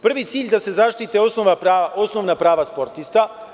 Prvi cilj je da se zaštite osnovna prava sportista.